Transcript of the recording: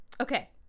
Okay